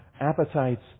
appetites